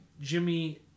Jimmy